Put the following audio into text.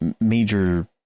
major